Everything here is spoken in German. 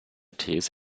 these